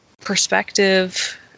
perspective